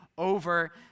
over